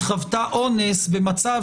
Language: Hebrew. היא חוותה אונס במצב